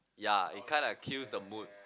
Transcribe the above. ya it kinda kills the mood